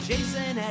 Jason